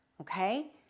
okay